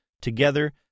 together